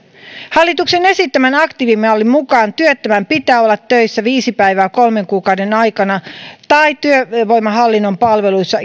hallituksen esittämän aktiivimallin mukaan työttömän pitää olla töissä viisi päivää kolmen kuukauden aikana tai työvoimahallinnon palveluissa